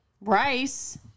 Rice